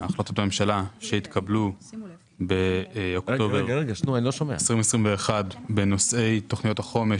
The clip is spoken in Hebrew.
החלטות ממשלה שהתקבלו באוקטובר 2021 בנושאי תכניות החומש